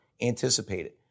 anticipated